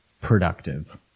productive